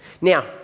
Now